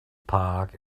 park